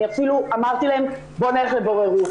אני אפילו אמרתי להם 'בוא נלך לבוררות,